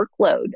workload